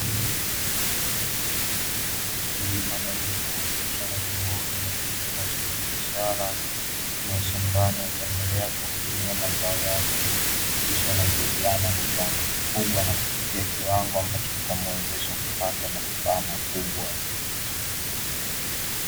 Mkulima anayejishughulisha na shughuli ya kilimo cha biashara